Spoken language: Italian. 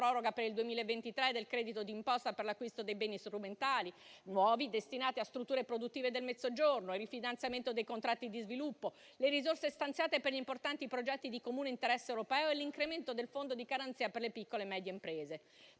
proroga per il 2023 del credito d'imposta per l'acquisto dei beni strumentali nuovi destinati a strutture produttive del Mezzogiorno, il rifinanziamento dei contratti di sviluppo, le risorse stanziate per importanti progetti di comune interesse europeo e l'incremento del fondo di garanzia per le piccole e medie imprese.